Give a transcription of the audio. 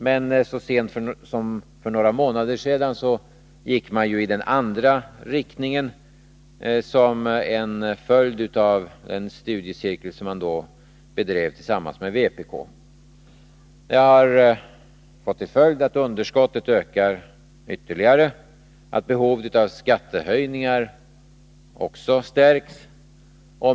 Men så sent som för några månader sedan gick man ju i den andra riktningen som en följd av den studiecirkel som man bedrev tillsammans med vpk. Det har fått till följd att underskottet ökar ytterligare och att behovet av skattehöjningar också stärks.